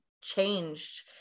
changed